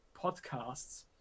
podcasts